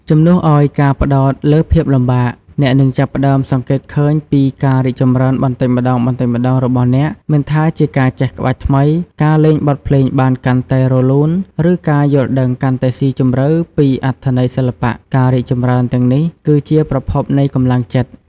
ជំនួសឱ្យការផ្តោតលើភាពលំបាក អ្នកនឹងចាប់ផ្តើមសង្កេតឃើញពីការរីកចម្រើនបន្តិចម្តងៗរបស់អ្នក មិនថាជាការចេះក្បាច់ថ្មី ការលេងបទភ្លេងបានកាន់តែរលូន ឬការយល់ដឹងកាន់តែស៊ីជម្រៅពីអត្ថន័យសិល្បៈ ការរីកចម្រើនទាំងនេះគឺជាប្រភពនៃកម្លាំងចិត្ត។